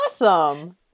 awesome